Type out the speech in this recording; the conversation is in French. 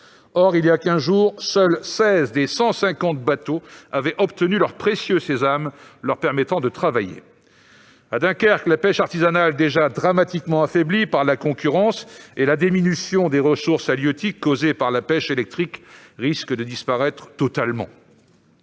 Or, il y a quinze jours, seuls seize des cent cinquante bateaux avaient obtenu le précieux sésame leur permettant de travailler. À Dunkerque, la pêche artisanale, déjà dramatiquement affaiblie par la concurrence et la diminution des ressources halieutiques causée par la pêche électrique, risque de disparaître totalement.